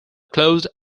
closed